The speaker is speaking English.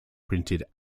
printed